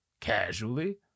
casually